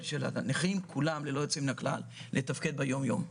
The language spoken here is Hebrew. של הנכים כולם ללא יוצא מן הכלל לתפקד ביום יום.